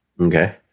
Okay